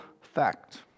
fact